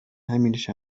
همینش